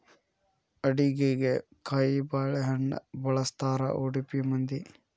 ಅಡಿಗಿಗೆ ಕಾಯಿಬಾಳೇಹಣ್ಣ ಬಳ್ಸತಾರಾ ಉಡುಪಿ ಮಂದಿ